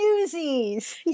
Newsies